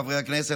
חברי הכנסת,